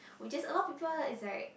which is a lot people is like